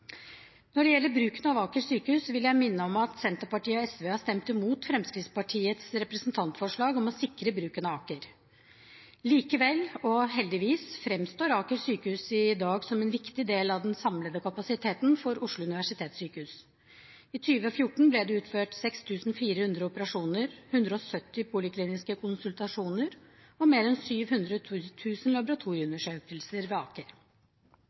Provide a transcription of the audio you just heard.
Når det gjelder bruken av Aker sykehus, vil jeg minne om at Senterpartiet og SV har stemt imot Fremskrittspartiets representantforslag om å sikre bruken av Aker. Likevel, og heldigvis, framstår Aker sykehus i dag som en viktig del av den samlede kapasiteten for Oslo universitetssykehus. I 2014 ble det utført 6 400 operasjoner, 170 000 polikliniske konsultasjoner og mer enn 700 000 laboratorieundersøkelser ved Aker.